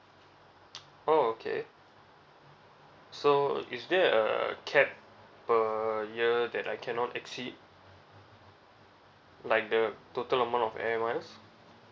oh okay so is there a cap per year that I cannot exceed like the total amount of air miles